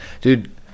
dude